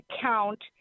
count